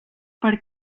per